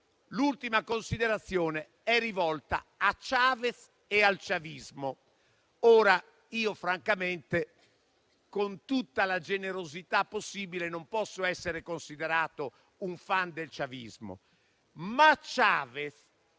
un'ultima considerazione, rivolta a Chavez e al *chavismo*. Francamente, con tutta la generosità possibile, io non posso certo essere considerato un fan del *chavismo*. Chavez,